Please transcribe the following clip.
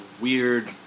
weird